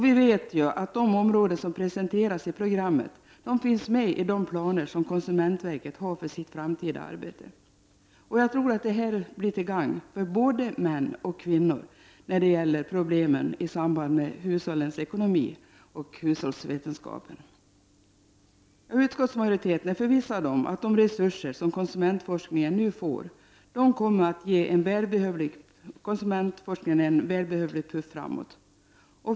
Vi vet ju att de områden som presenteras i programmet finns med i de planer som konsumentverket har för sitt framtida arbete. Jag tror att det blir till gagn för både män och kvinnor när det gäller problemen i samband med hushållens ekonomi och när det gäller hushållsvetenskap. Utskottsmajoriteten är förvissad om att de resurser som konsumentforskningen nu får kommer att ge denna forskning en välbehövlig puff framåt.